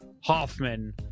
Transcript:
Hoffman